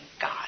God